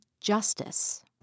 justice